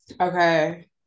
okay